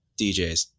DJs